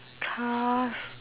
cars